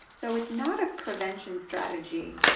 so it's not a prevention strategy.